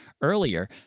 earlier